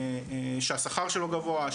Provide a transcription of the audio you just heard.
שהשכר שלו גבוה,